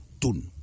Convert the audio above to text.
Tun